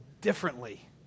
differently